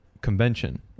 convention